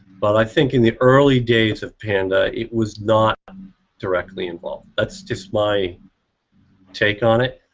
but i think in the early days of panda, it was not directly involved. that's just my take on it